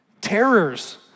Terrors